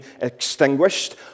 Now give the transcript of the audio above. extinguished